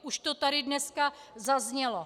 Už to tady dneska zaznělo.